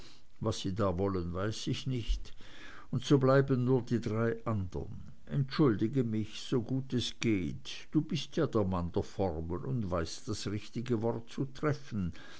was sie da wollen weiß ich nicht und so bleiben nur die drei andern entschuldige mich so gut es geht du bist ja der mann der formen und weißt das richtige wort zu treffen